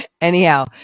Anyhow